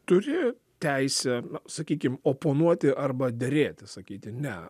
turi teisę sakykim oponuoti arba derėtis sakyti ne